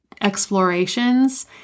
explorations